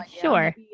sure